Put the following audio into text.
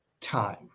time